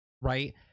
right